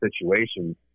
situations